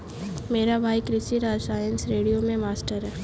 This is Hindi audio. मेरा भाई कृषि रसायन श्रेणियों में मास्टर है